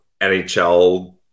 NHL